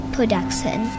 Production